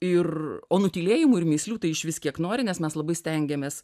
ir o nutylėjimų ir mįslių tai išvis kiek nori nes mes labai stengiamės